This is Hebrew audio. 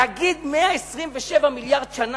להגיד 127 מיליארד שנה?